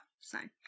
sign